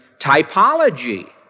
typology